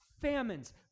famines